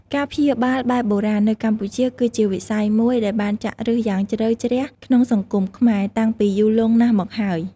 ការព្យាបាលបែបបុរាណ នៅកម្ពុជា គឺជាវិស័យមួយដែលបានចាក់ឫសយ៉ាងជ្រៅជ្រះក្នុងសង្គមខ្មែរ តាំងពីយូរលង់ណាស់មកហើយ។